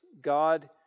God